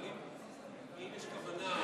אבל אם יש כוונה,